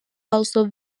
also